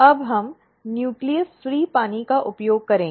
अब हम न्यूक्लियस मुक्त पानी का उपयोग करेंगे